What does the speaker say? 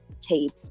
tape